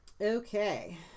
okay